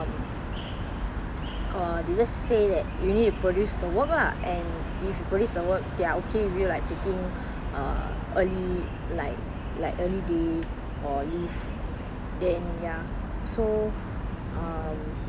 uh they just say that you need to produce the work lah and if you produce the work they are okay with you like taking early like like early day or leave then ya so um